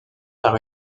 par